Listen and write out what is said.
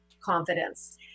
confidence